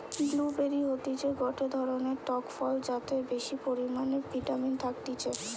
blue বেরি হতিছে গটে ধরণের টক ফল যাতে বেশি পরিমানে ভিটামিন থাকতিছে